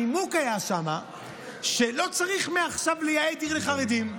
הנימוק היה שם שלא צריך מעכשיו לייעד עיר לחרדים.